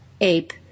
Ape